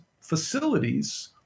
facilities